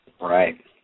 Right